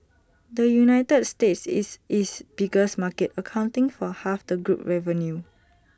the united states is its biggest market accounting for half the group revenue